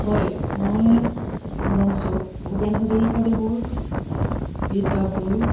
হয় মই মঞ্চত ভূপেন হাজৰিকা দেৱৰ গীত গাবলৈ